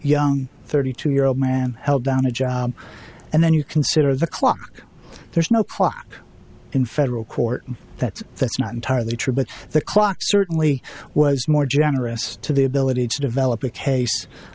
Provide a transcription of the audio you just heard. young thirty two year old man held down a job and then you consider the clock there's no clock in federal court that's that's not entirely true but the clock certainly was more generous to the ability to develop a cas